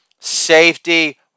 Safety